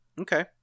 Okay